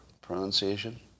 pronunciation